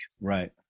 Right